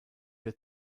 der